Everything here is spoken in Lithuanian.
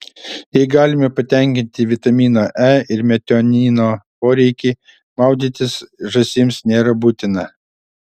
jei galime patenkinti vitamino e ir metionino poreikį maudytis žąsims nėra būtina